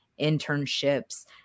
internships